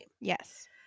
Yes